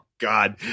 god